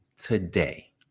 today